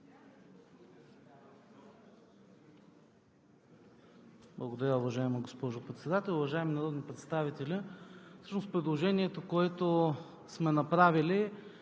Благодаря, уважаема госпожо Председател. Уважаеми народни представители, предложението, което сме направили,